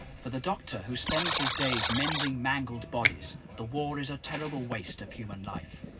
for the doctor who spends his days mending mangled bodies the war is a terrible waste of human life